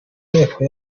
nteko